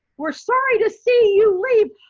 we're sorry to see you leave!